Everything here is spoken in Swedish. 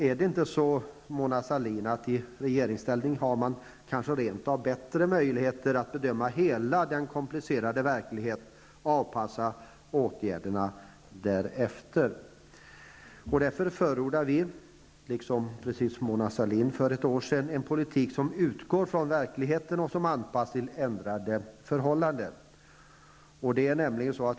Är det inte så, Mona Sahlin, att man i regeringsställning har bättre möjligheter att bedöma hela den komplicerade verkligheten och avpassa åtgärderna därefter? Därför förordar vi, liksom Mona Sahlin gjorde för ett år sedan, en politik som utgår från verkligheten och som anpassas till ändrade förhållanden.